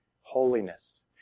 Holiness